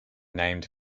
named